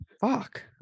Fuck